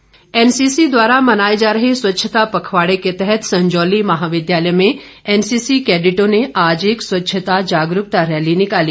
Suresh Bhardwaj NCC द्वारा मनाए जा रहे स्वच्छता पखवाड़े के तहत संजौली महाविद्यालय में एनसीसी केडिटों ने आज एक स्वच्छता जागरूकता रैली निकाली